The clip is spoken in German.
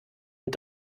und